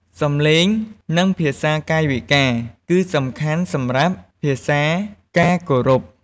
សំឡេង និងភាសាកាយវិការ គឹសំខាន់សំរាប់ភាសាការគោរព។